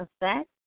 Effect